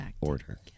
order